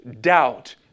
doubt